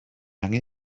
angen